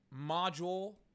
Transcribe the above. module